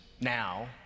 now